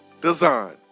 Design